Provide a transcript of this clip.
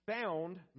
found